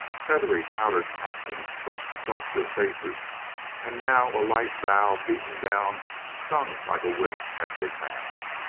feathery, powdered catkins brushed across their faces and now a light bough beaten down stung like a whip as they passed.